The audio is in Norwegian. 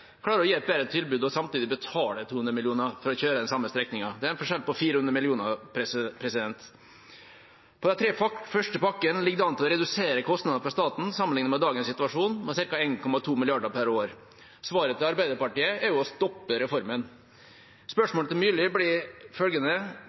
klarer å gi et bedre tilbud og samtidig betaler 200 mill. kr for å kjøre den samme strekningen. Det er en forskjell på 400 mill. kr. De tre første pakkene ligger an til å redusere kostnaden for staten, sammenlignet med dagens situasjon, med ca. 1,2 mrd. kr per år. Svaret til Arbeiderpartiet er å stoppe reformen.